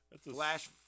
Flash